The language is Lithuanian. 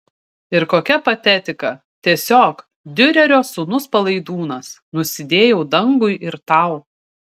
ir kokia patetika tiesiog diurerio sūnus palaidūnas nusidėjau dangui ir tau